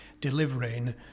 delivering